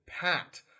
pat